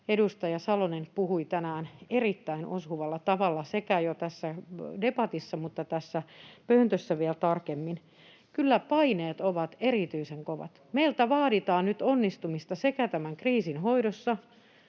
edustaja Salonen puhui tänään erittäin osuvalla tavalla jo debatissa mutta tässä pöntössä vielä tarkemmin. Kyllä paineet ovat erityisen kovat. Meiltä vaaditaan nyt onnistumista sekä tämän kriisin hoidossa